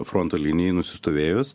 fronto linijai nusistovėjus